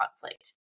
conflict